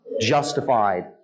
justified